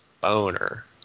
boner